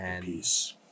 Peace